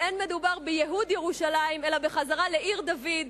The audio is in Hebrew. אין מדובר בייהוד ירושלים אלא בחזרה לעיר דוד,